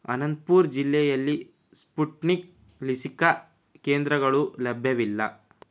ಅನಂತ್ಪುರ ಜಿಲ್ಲೆಯಲ್ಲಿ ಸ್ಪುಟ್ನಿಕ್ ಲಸಿಕಾ ಕೇಂದ್ರಗಳು ಲಭ್ಯವಿಲ್ಲ